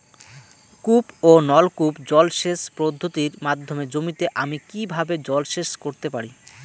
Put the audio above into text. কূপ ও নলকূপ জলসেচ পদ্ধতির মাধ্যমে জমিতে আমি কীভাবে জলসেচ করতে পারি?